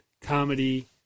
comedy